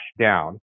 down